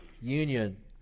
union